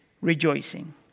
rejoicing